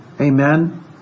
Amen